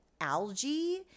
algae